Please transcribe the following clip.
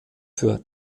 für